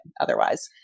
otherwise